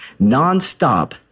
nonstop